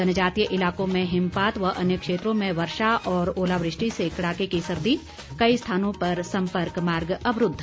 जनजातीय इलाकों में हिमपात व अन्य क्षेत्रों में वर्षा और ओलावृष्टि से कड़ाके की सर्दी कई स्थानों पर सम्पर्क मार्ग अवरूद्ध